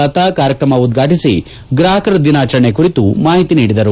ಲತಾ ಕಾರ್ಯಕ್ರಮ ಉದ್ವಾಟಿಸಿ ಗ್ರಾಹಕರ ದಿನಾಚರಣೆ ಕುರಿತು ಮಾಹಿತಿ ನೀಡಿದರು